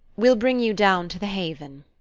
we ll bring you down to the haven.